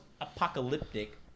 apocalyptic